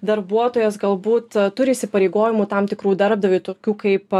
darbuotojas galbūt turi įsipareigojimų tam tikrų darbdaviui tokių kaip